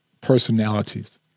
personalities